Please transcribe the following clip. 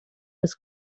was